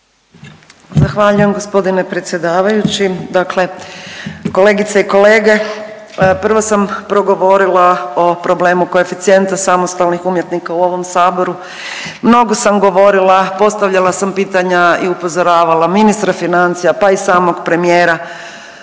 Zahvaljujem gospodine predsjedavajući. Dakle, kolegice i kolege prvo sam progovorila o problemu koeficijenta samostalnih umjetnika u ovom Saboru, mnogo sam govorila, postavljala sam pitanja i upozoravala ministra financija, pa i samog premijera